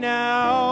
now